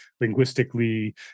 linguistically